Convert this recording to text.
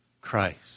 Christ